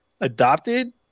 adopted